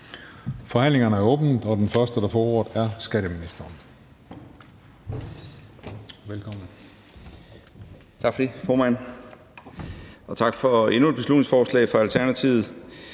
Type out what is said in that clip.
Forhandlingen er åbnet, og den første, der får ordet, er skatteministeren.